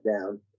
down